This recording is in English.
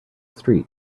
street